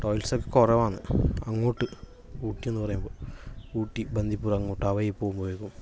ടോയ്ലസൊക്കെ കുറവാണ് അങ്ങോട്ട് ഊട്ടി എന്ന് പറയുമ്പോൾ ഊട്ടി ബന്ദിപ്പൂർ അങ്ങോട്ട് ആ വഴി പോകുമ്പഴേക്കും